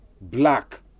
black